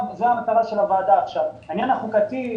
זו המטרה של הוועדה עכשיו העניין החוקתי.